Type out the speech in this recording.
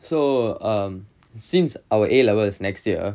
so err since our A levels next year